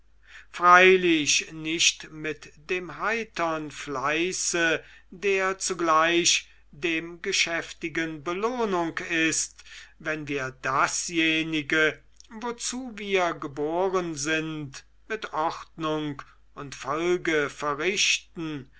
freilich nicht mit dem heitern fleiße der zugleich dem geschäftigen belohnung ist wenn wir dasjenige wozu wir geboren sind mit ordnung und folge verrichten